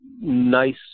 nice